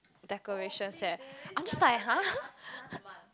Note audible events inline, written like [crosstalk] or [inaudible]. decorations leh I'm just like [huh] [laughs]